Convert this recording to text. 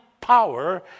power